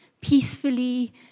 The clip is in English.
peacefully